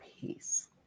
peace